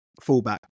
fullback